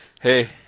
hey